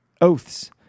oaths